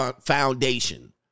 foundation